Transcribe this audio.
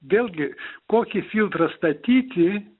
vėlgi kokį filtrą statyti